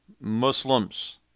Muslims